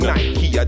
Nike